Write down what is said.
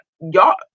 y'all